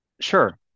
Sure